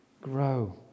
grow